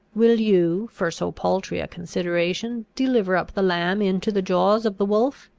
will you for so paltry a consideration deliver up the lamb into the jaws of the wolf?